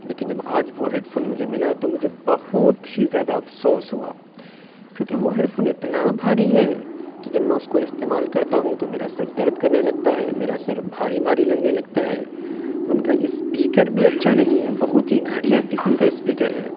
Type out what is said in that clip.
لیکن جب آج وہ ہیڈ فون مجھے ملا تو مجھے بہت ہی زیادہ افسوس ہوا کیونکہ وہ ہیڈ فون اتنا بھاری ہے کہ جب میں اس کو استعمال کرتا ہوں تو میرا سر درد کرنے لگتا ہے میرا سر بھاری بھاری لگنے لگتا ہے ان کا اسپیکر بھی اچھا نہیں ہے بہت ہی گھٹیا قسم کا اسپیکر ہے